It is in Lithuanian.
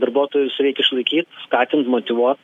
darbuotojus reik išlaikyt skatint motyvuot